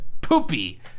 Poopy